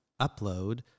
upload